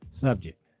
subject